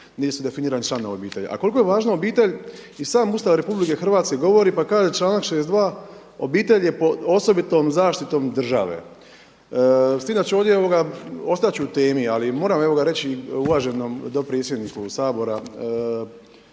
niti su definirani članovi obitelji. A koliko je važna obitelj i sam Ustav RH govori pa kaže članak 62. „Obitelj je pod osobitom zaštitom države“, s tim da ću ovoga, ostat ću u temi, ali moram reći uvaženom dopredsjedniku Sabora